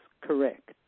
correct